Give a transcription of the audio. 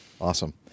Awesome